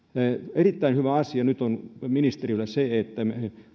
erittäin hyvä asia nyt on ministeriöllä se että me